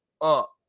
up